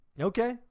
Okay